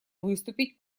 выступить